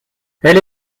elle